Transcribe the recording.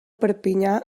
perpinyà